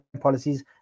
policies